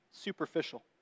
superficial